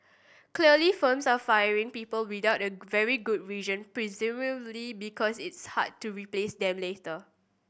clearly firms aren't firing people without the very good reason presumably because it's hard to replace them later